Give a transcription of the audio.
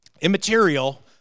immaterial